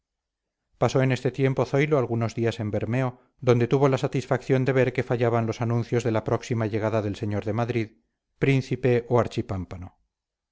pasó en este tiempo zoilo algunos días en bermeo donde tuvo la satisfacción de ver que fallaban los anuncios de la próxima llegada del señor de madrid príncipe o